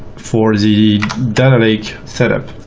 for the data lake setup.